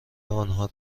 آنها